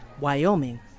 Wyoming